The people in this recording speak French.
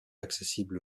accessible